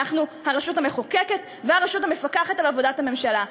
אנחנו הרשות המחוקקת והרשות המפקחת על עבודת הממשלה.